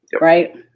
Right